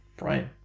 Right